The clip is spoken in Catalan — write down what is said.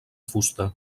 fusta